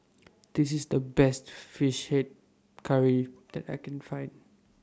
This IS The Best Fish Head Curry that I Can Find